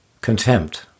contempt